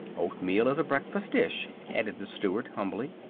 oatmeal is a breakfast dish, added the steward, humbly.